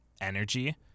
energy